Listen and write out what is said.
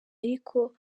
ariko